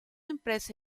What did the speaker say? empresa